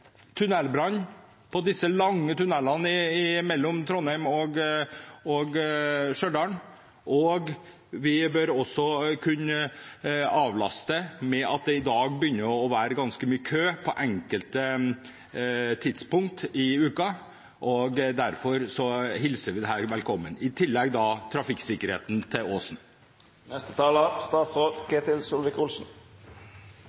tunnelbrann i disse lange tunnelene mellom Trondheim og Stjørdal. Vi bør også kunne avlaste med tanke på at det i dag begynner å bli ganske mye kø på enkelte tidspunkt i uken. Derfor hilser vi dette velkommen – og i tillegg trafikksikkerheten til